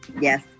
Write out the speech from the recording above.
Yes